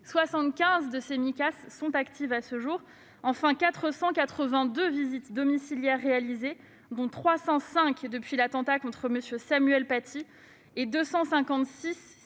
75 d'entre elles sont actives à ce jour. Enfin, 482 visites domiciliaires ont été réalisées, dont 305 depuis l'attentat contre Samuel Paty, et 256